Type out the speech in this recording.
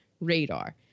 radar